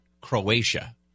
Croatia